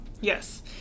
yes